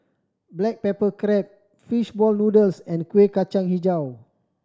black pepper crab fish ball noodles and Kuih Kacang Hijau